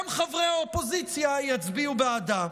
גם חברי האופוזיציה יצביעו בעדה.